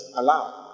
allowed